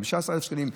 15,000 שקלים.